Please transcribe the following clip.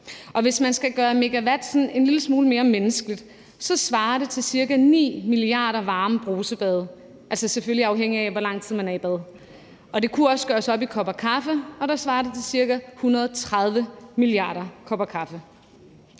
Hvis man skal gøre megawatt sådan en lille smule mere menneskeligt, svarer det til ca. 9 milliarder varme brusebade, selvfølgelig afhængigt af hvor lang tid man er i bad. Det kunne også gøres op i kopper kaffe, og der svarer det til ca. 130 milliarder kopper kaffe.